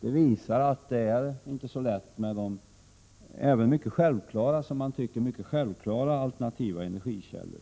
Detta visar 7 juni 1988 att det inte var så lätt, inte ens med vad vi betraktar som självklara alternativa energikällor.